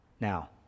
Now